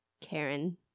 Karen